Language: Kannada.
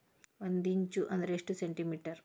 ಒಂದಿಂಚು ಅಂದ್ರ ಎಷ್ಟು ಸೆಂಟಿಮೇಟರ್?